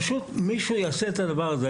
פשוט מישהו שיעשה את הדבר הזה.